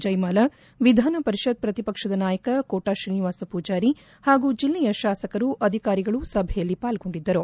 ಜಯಮಾಲಾ ವಿಧಾನಪರಿಪತ್ ಪ್ರತಿಪಕ್ಷದ ನಾಯಕ ಕೋಟ ಶ್ರೀನಿವಾಸ ಪೂಜಾರಿ ಹಾಗೂ ಜಿಲ್ಲೆಯ ಶಾಸಕರು ಅಧಿಕಾರಿಗಳು ಸಭೆಯಲ್ಲಿ ಪಾಲ್ಗೊಂಡಿದ್ದರು